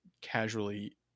casually